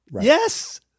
Yes